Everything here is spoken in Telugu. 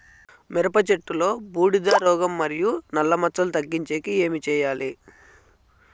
మిరప చెట్టులో బూడిద రోగం మరియు నల్ల మచ్చలు తగ్గించేకి ఏమి చేయాలి?